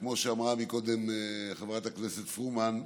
כמו שאמרה קודם חברת הכנסת פרומן,